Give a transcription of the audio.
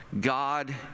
God